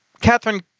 Catherine